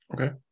Okay